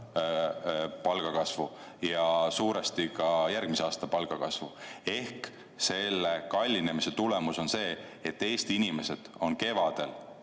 palgakasvu ja suuresti ka järgmise aasta palgakasvu ehk selle kallinemise tulemus on see, et Eesti inimesed on kevadel